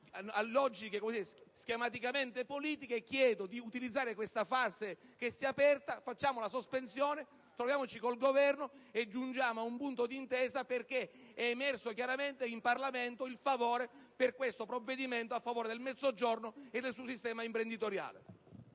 a logiche schematicamente politiche, chiedo di utilizzare questa fase che si è aperta. Facciamo una sospensione, troviamoci con il Governo e giungiamo ad un punto di intesa, perché è emerso chiaramente in Parlamento il favore per questo provvedimento a vantaggio del Mezzogiorno e del suo sistema imprenditoriale.